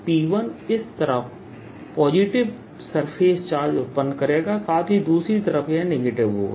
P1 इस तरफ positive surface charge उत्पन्न करेगा साथ ही दूसरी तरफ यह नेगेटिव होगा